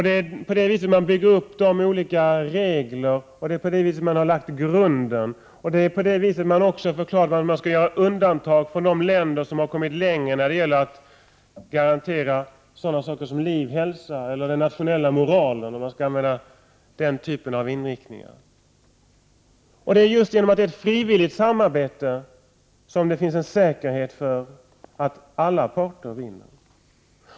Det är på det sättet som olika regler byggs upp och som grunden har lagts. Och det har förklarats att undantag skall göras för de länder som kommit längre när det gäller att garantera liv, hälsa eller den nationella moralen, om man skall använda den typen av inriktning. Det är just genom att det är fråga om ett frivilligt samarbete som det finns en säkerhet för att alla parter vinner på det.